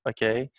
Okay